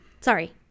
Sorry